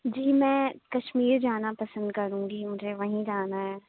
جی میں کشمیر جانا پسند کروں گی مجھے وہیں جانا ہے